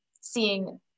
seeing